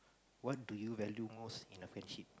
what do you value most in a friendship